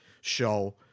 show